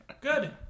Good